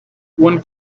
one